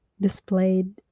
displayed